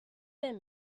been